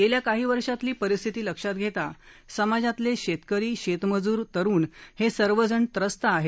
गेल्या काही वर्षातली परिस्थिती लक्षात घेता समाजातील शेतकरी शेतमजुर तरुण सर्वजण व्रस्त आहेत